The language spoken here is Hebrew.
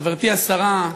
חברתי השרה,